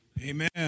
Amen